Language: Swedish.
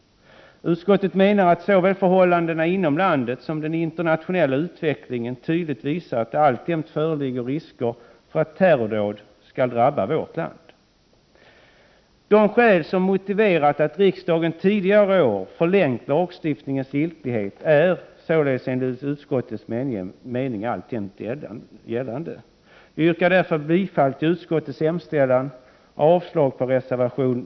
Utskottet menar att såväl förhållandena inom landet som den internationella utvecklingen tydligt visar att det alltjämt föreligger risker för att terrordåd skall drabba vårt land. De skäl som motiverat att riksdagen tidigare år förlängt lagstiftningens 7 december 1988 giltighet är således enligt utskottets mening alltjämt gällande.